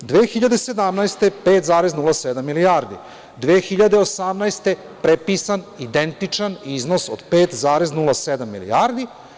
Godine 2017. 5,07 milijardi, godine 2018. prepisan, identičan iznos od 5,07 milijardi.